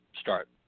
start